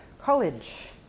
college